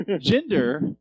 gender